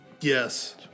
Yes